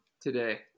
today